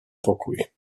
pokój